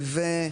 ייבא,